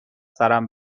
سرم